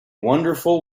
wonderful